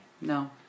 No